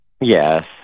Yes